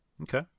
Okay